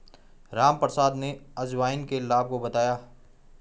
रामप्रसाद ने अजवाइन के लाभ को बताया